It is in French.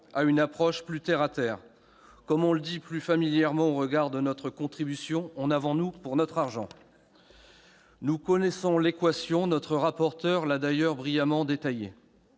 à une approche plus terre à terre. Comme on pourrait le dire plus familièrement au regard de notre contribution, en avons-nous pour notre argent ? Nous connaissons l'équation, notre rapporteur spécial l'a d'ailleurs brillamment détaillée